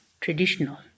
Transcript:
traditional